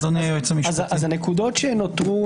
הנקודות שנותרו,